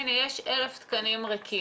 יש 1,000 תקנים ריקים.